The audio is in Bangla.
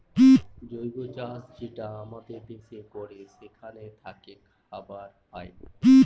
জৈব চাষ যেটা আমাদের দেশে করে সেখান থাকে খাবার পায়